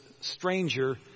stranger